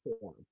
form